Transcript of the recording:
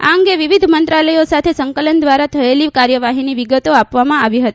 આ અંગે વિવિધ મંત્રાલયો સાથે સંકલન દ્વારા થયેલી કાર્યવાફીની વિગતો આપવામાં આવી હતી